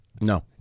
No